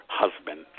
husband